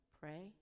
pray